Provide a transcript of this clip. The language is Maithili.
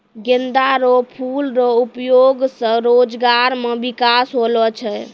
गेंदा रो फूल रो उपयोग से रोजगार मे बिकास होलो छै